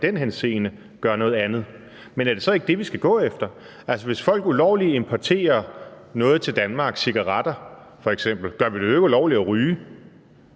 den henseende gør noget andet. Men er det så ikke det, vi skal gå efter? Altså, hvis folk ulovligt importerer f.eks. cigaretter til Danmark, gør vi det jo ikke ulovligt at ryge.